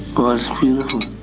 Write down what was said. was beautiful.